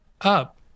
up